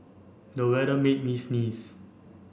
the weather made me sneeze